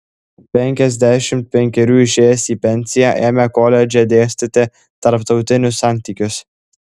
penkiasdešimt penkerių išėjęs į pensiją ėmė koledže dėstyti tarptautinius santykius